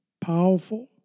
powerful